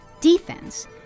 defense